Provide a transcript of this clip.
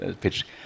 pitch